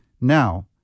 Now